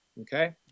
Okay